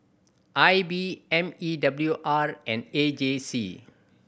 I B M E W R and A J C